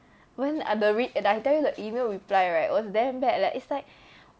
when are the read and I tell you the email reply right was damn bad leh it's like